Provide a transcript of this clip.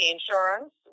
Insurance